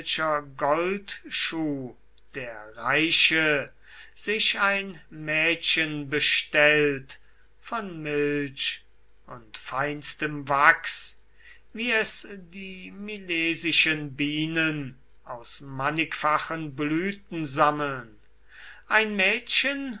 welcher goldschuh der reiche sich ein mädchen bestellt von milch und feinstem wachs wie es die milesischen bienen aus mannigfachen blüten sammeln ein mädchen